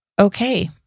okay